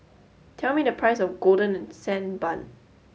tell me the price of Golden Sand Bun